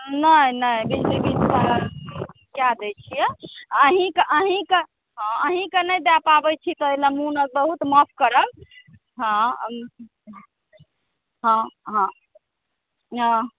नहि नहि बिजली बिल तऽ हम कऽ दै छिए अहींँके अहींँके हँ अहीँके नहि दऽ पाबै छी तऽ बहुत माफ करब हँ हँ हँ हँ